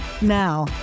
Now